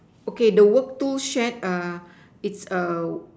okay the work tool shed uh it's a